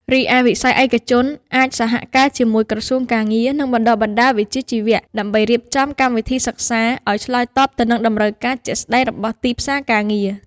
រីឯវិស័យឯកជនអាចសហការជាមួយក្រសួងការងារ និងបណ្ដុះបណ្ដាលវិជ្ជាជីវៈដើម្បីរៀបចំ កម្មវិធីសិក្សា ឱ្យឆ្លើយតបទៅនឹងតម្រូវការជាក់ស្តែងរបស់ទីផ្សារការងារ។